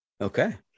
Okay